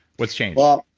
what's changed? well,